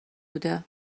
بوده